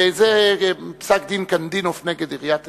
וזה פסק-דין קנדינוף נגד עיריית תל-אביב.